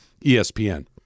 ESPN